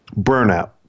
burnout